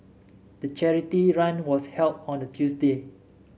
the charity run was held on a Tuesday